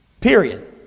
Period